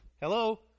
Hello